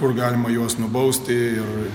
kur galima juos nubaust ir